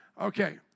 Okay